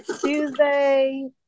Tuesday